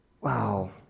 Wow